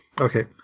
Okay